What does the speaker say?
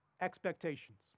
expectations